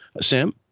Sam